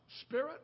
spirit